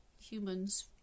humans